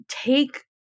take